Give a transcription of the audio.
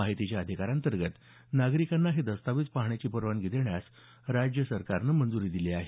माहितीच्या अधिकारांतर्गत नागरिकांना हे दस्तावेज पाहण्याची परवानगी देण्यास राज्य सरकारनं मंजूरी दिली आहे